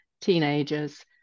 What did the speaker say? teenagers